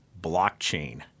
blockchain